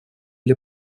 для